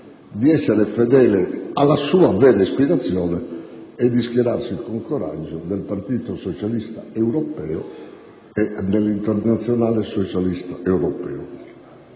di essere fedele alla sua vera ispirazione aderendo con coraggio al Partito Socialista Europeo e all'Internazionale socialista.